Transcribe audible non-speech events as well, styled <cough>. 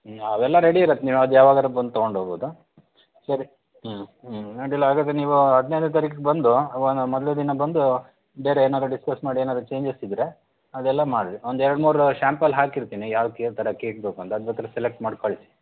ಹ್ಞೂ ಅವೆಲ್ಲ ರೆಡಿ ಇರುತ್ತೆ ನೀವು ಅದ್ಯಾವಾಗರೂ ಬಂದು ತೊಗೊಂಡೋಗ್ಬೋದು ಸರಿ ಹ್ಞೂ ಹ್ಞೂ ಅಡ್ಡಿಲ್ಲ ಹಾಗಾದ್ರೆ ನೀವೂ ಹದಿನೈದ್ನೇ ತಾರೀಕು ಬಂದು <unintelligible> ಮೊದಲೇ ದಿನ ಬಂದು ಬೇರೆ ಏನಾರು ಡಿಸ್ಕಸ್ ಮಾಡಿ ಏನಾರು ಚೇಂಜಸ್ ಇದ್ರೆ ಅದೆಲ್ಲ ಮಾಡ್ರಿ ಒಂದೆರ್ಡು ಮೂರು ಶ್ಯಾಂಪಲ್ ಹಾಕಿರ್ತೀನಿ ಯಾವ ಕೇ ಥರ ಕೇಕ್ ಬೇಕುಂತ ಅದು ಬೇಕಾರೆ ಸೆಲೆಕ್ಟ್ ಮಾಡಿ ಕಳಿಸಿ